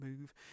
move